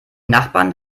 nachbarn